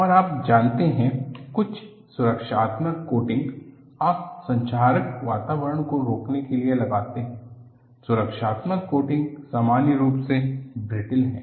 और आप जानते हैं कई सुरक्षात्मक कोटिंग आप संक्षारक वातावरण को रोकने के लिए लगाते हैं सुरक्षात्मक कोटिंग सामान्य रूप से ब्रिटल हैं